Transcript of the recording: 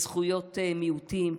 תפגע בזכויות מיעוטים,